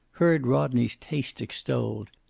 heard rodney's taste extolled,